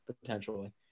potentially